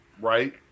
Right